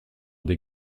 des